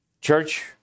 church